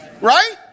right